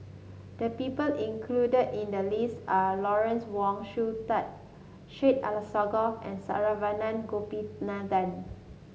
the people included in the list are Lawrence Wong Shyun Tsai Syed Alsagoff and Saravanan Gopinathan